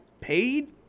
paid